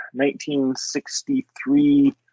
1963